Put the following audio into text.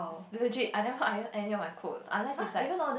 legit I never iron any of my clothes unless it's like